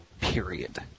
period